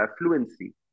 fluency